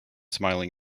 smiling